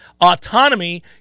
autonomy